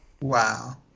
Wow